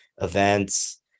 events